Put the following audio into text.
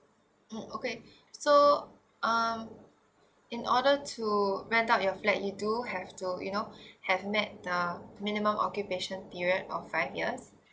mm okay so um in order to rent out your flat you do have to you know have met the minimum occupation period of five years